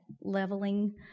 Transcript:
leveling